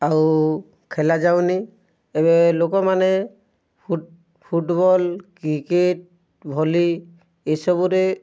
ଆଉ ଖେଲାଯାଉନି ଏବେ ଲୋକମାନେ ଫୁଟବଲ୍ କ୍ରିକେଟ୍ ଭଲି ଏ ସବୁରେ